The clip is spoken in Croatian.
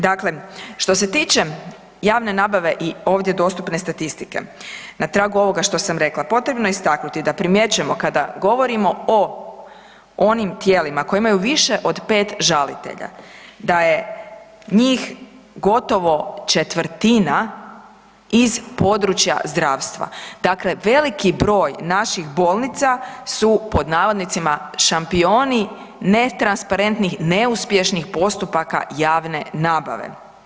Dakle, što se tiče javne nabave i ovdje dostupne statistike, na tragu ovoga što sam rekla, potrebno je istaknuti da primjećujemo kada govorimo o onim tijelima koja imaju više od 5 žalitelja da je njih gotovo četvrtina iz područja zdravstva, dakle veliki broj naših bolnica su pod navodnicima šampioni netransparentnih i neuspješnih postupaka javne nabave.